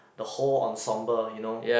the whole ensemble you know